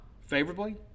favorably